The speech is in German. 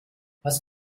was